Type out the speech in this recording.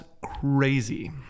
crazy